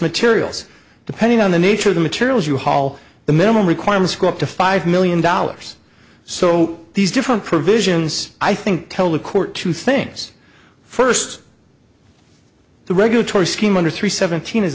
materials depending on the nature of the materials you haul the minimum requirements go up to five million dollars so these different provisions i think tell the court two things first the regulatory scheme under three seventeen is